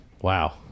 Wow